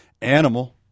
animal